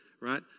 right